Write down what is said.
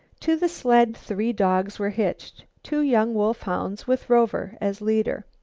to the sled three dogs were hitched, two young wolf-hounds with rover as leader.